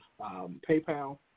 PayPal